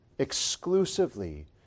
exclusively